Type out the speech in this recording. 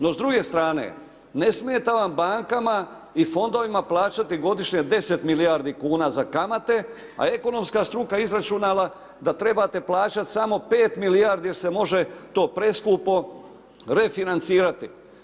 No s druge strane, ne smijete onda bankama i fondovima plaćati godišnje 10 milijardi kuna za kamate a ekonomska struka je izračunala da trebate plaćati samo 5 milijardi jer se može to preskupo refinancirati.